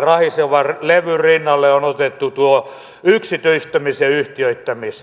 rahisevan levyn rinnalle on otettu tuo yksityistämis ja yhtiöittämismöröllä pelottelu